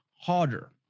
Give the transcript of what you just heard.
harder